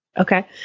Okay